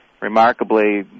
remarkably